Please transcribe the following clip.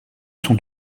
sont